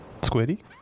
Squiddy